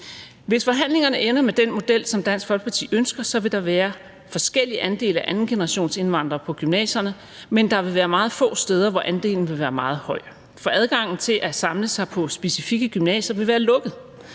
Hvis forhandlingerne ender med den model, som Dansk Folkeparti ønsker, vil der være forskellige andele af andengenerationsindvandrere på gymnasierne, men der vil være meget få steder, hvor andelen vil være meget høj, for adgangen til at samle sig på specifikke gymnasier vil være lukket.